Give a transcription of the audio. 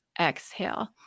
exhale